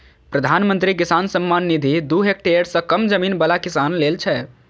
प्रधानमंत्री किसान सम्मान निधि दू हेक्टेयर सं कम जमीन बला किसान लेल छै